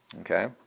Okay